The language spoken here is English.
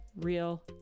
real